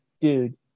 dude